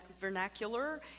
vernacular